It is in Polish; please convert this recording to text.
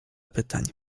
pytań